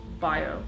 bio